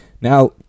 Now